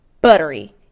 buttery